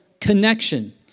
connection